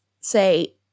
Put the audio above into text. say